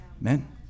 Amen